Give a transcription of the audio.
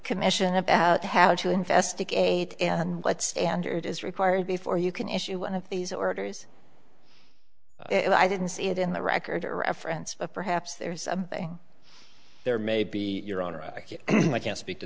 commission that have to investigate and what standard is required before you can issue one of these orders i didn't see it in the record or reference but perhaps there's a thing there may be your honor i can't speak to